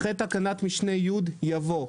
אחרי תקנת משנה (י) יבוא: